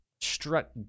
struck